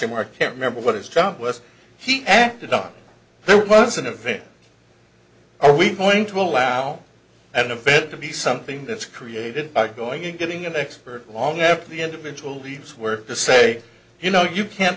or more can't remember what his job was he acted up there was an event or we point to allow an event to be something that's created by going and getting an expert long after the individual leaves where to say you know you can't